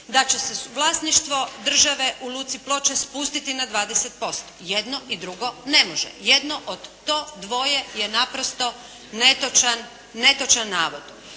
da će se vlasništvo države u Luci Ploče spustiti na%. Jedno i drugo ne može. Jedno od to dvoje je naprosto netočan, netočan